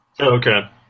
Okay